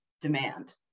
demand